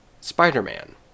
Spider-Man